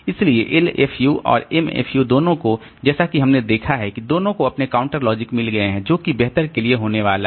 इसलिए LFU और MFU दोनों को जैसा कि हमने देखा है कि दोनों को अपने काउंटर लॉजिक मिल गए हैं जो कि बेहतर के लिए होने वाला है